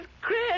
Chris